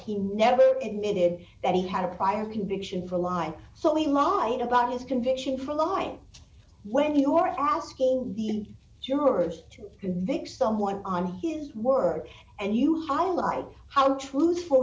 he never admitted that he had a prior conviction for a lie so he lied about his conviction for a long time when you are asking the jurors to vic someone on his word and you highlight how truthful